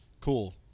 Cool